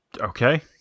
Okay